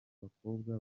bakobwa